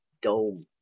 dome